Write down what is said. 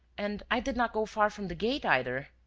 and i did not go far from the gate either.